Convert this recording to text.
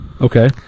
Okay